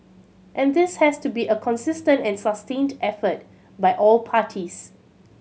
and this has to be a consistent and sustained effort by all parties